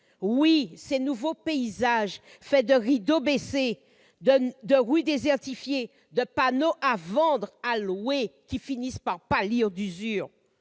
de ces nouveaux paysages faits de rideaux baissés, de rues désertifiées, de panneaux « à vendre »,« à louer », qui finissent par pâlir d'usure